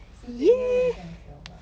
世界应该没有这样小吧